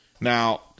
Now